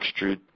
extrude